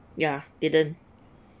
ya didn't